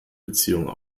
beziehung